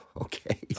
Okay